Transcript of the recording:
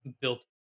built